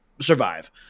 survive